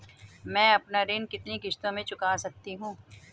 मैं अपना ऋण कितनी किश्तों में चुका सकती हूँ?